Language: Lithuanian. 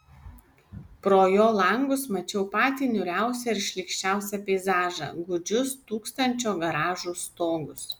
pro jo langus mačiau patį niūriausią ir šlykščiausią peizažą gūdžius tūkstančio garažų stogus